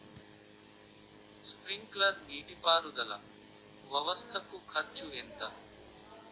Sprinkler నీటిపారుదల వ్వవస్థ కు ఖర్చు ఎంత?